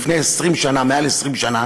לפני יותר מ-20 שנה